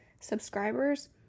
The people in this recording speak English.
subscribers